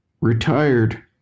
retired